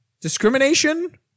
Discrimination